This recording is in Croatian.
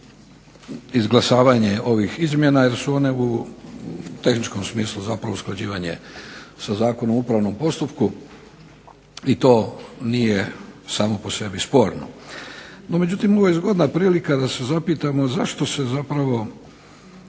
izglasavanje ovih izmjena jer su one u tehničkom smislu zapravo usklađivanje sa Zakonom o upravnom postupku i to nije samo po sebi sporno. No međutim, ovo je zgodna prilika da se zapitamo zašto se zapravo